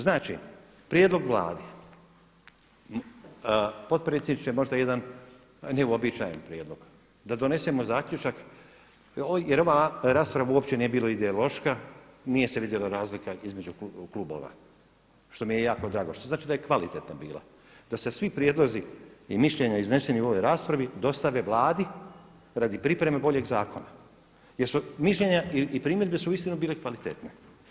Znači, prijedlog Vladi, potpredsjedniče možda jedan neuobičajen prijedlog, da donesemo zaključak jer ova rasprava nije bila ideološka, nije se vidjela razlika između klubova što mi je jako drago, što znači da je kvalitetna bila, da se svi prijedlozi i mišljenja izneseni u ovoj raspravi dostave Vladi radi pripreme boljeg zakona jer su mišljenja i primjedbe su uistinu bile kvalitetne.